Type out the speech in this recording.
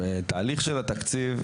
בתהליך של התקציב,